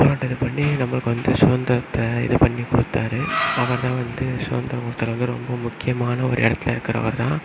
போராட்டம் இது பண்ணி நம்மளுக்கு வந்து சுதந்திரத்தை இது பண்ணி கொடுத்தாரு அவர்தான் சுதந்திரம் கொடுத்ததுல வந்து ரொம்ப முக்கியமான ஒரு இடத்துல இருக்கிறவருதான்